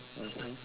(uh huh)